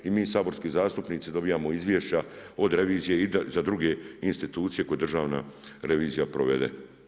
I mi saborski zastupnici dobijamo izvješća od revizije za druge institucije koju državna revizija provede.